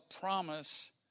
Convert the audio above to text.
promise